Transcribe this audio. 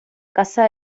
casa